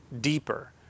deeper